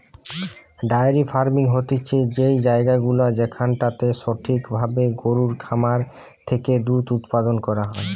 diary farming হতিছে সেই জায়গাগুলা যেখানটাতে সঠিক ভাবে গরুর খামার থেকে দুধ উপাদান করা হয়